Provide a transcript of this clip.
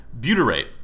butyrate